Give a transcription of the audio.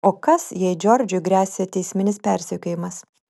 o kas jei džordžui gresia teisminis persekiojimas